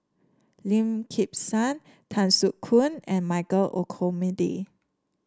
Lim Kim San Tan Soo Khoon and Michael Olcomendy